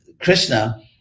Krishna